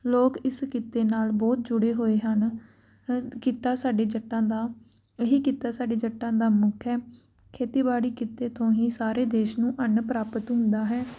ਲੋਕ ਇਸ ਕਿੱਤੇ ਨਾਲ ਬਹੁਤ ਜੁੜੇ ਹੋਏ ਹਨ ਇਹ ਕਿੱਤਾ ਸਾਡੇ ਜੱਟਾਂ ਦਾ ਇਹੀ ਕਿੱਤਾ ਸਾਡੇ ਜੱਟਾਂ ਦਾ ਮੁੱਖ ਹੈ ਖੇਤੀਬਾੜੀ ਕਿੱਤੇ ਤੋਂ ਹੀ ਸਾਰੇ ਦੇਸ਼ ਨੂੰ ਅੰਨ ਪ੍ਰਾਪਤ ਹੁੰਦਾ ਹੈ